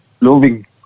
loving